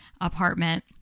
apartment